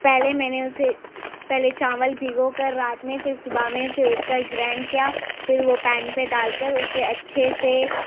پہلے میں نے اسے پہلے چاول بھگو کر رات میں پھر صبح میں اسے اٹھ کر گرینڈ کیا پھر وہ پین پہ ڈال کر اسے اچھے سے